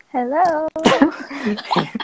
Hello